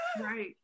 Right